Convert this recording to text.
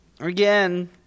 again